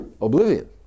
oblivion